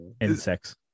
Insects